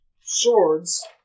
swords